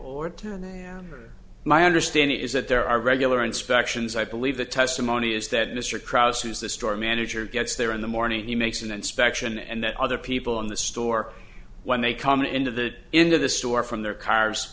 or ten am or my understanding is that there are regular inspections i believe the testimony is that mr kraus who's the store manager gets there in the morning he makes an inspection and the other people in the store when they come into the into the store from their cars